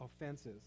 offenses